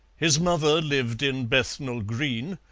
his mother lived in bethnal green,